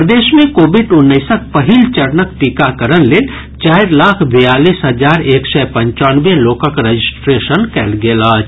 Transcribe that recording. प्रदेश मे कोविड उन्नैसक पहिल चरणक टीकाकरण लेल चारि लाख बियालीस हजार एक सय पंचानवे लोकक रजिस्ट्रेशन कयल गेल अछि